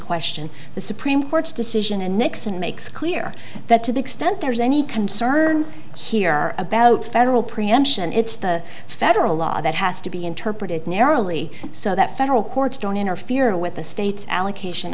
question the supreme court's decision and nixon makes clear that to the extent there's any concern here about federal preemption it's the federal law that has to be interpreted narrowly so that federal courts don't interfere with the state's allocation